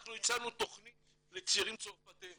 אנחנו הצענו תכנית לצעירים צרפתיים,